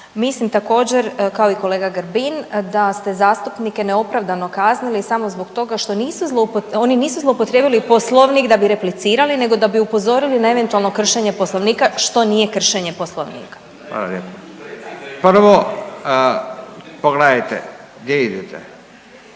Mislim također kao i kolega Grbin da ste zastupnike neopravdano kaznili samo zbog toga što nisu, oni nisu zloupotrijebili Poslovnik da bi replicirali, nego da bi upozorili na eventualno kršenje Poslovnika što nije kršenje Poslovnika. **Radin, Furio